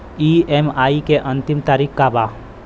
EMI के अंतिम तारीख का बा?